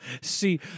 See